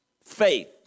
faith